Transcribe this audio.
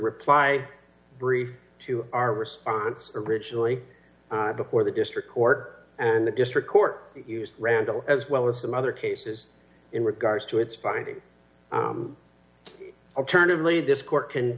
reply brief to our response originally before the district court and d the district court used randall as well as some other cases in regards to its findings alternatively this court can